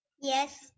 Yes